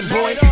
boy